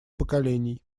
поколений